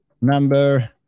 number